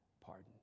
pardon